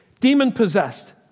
demon-possessed